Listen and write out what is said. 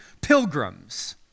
pilgrims